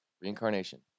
reincarnation